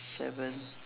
seven